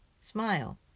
Smile